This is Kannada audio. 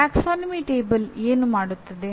ಪ್ರವರ್ಗ ಕೋಷ್ಟಕ ಏನು ಮಾಡುತ್ತದೆ